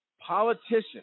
politicians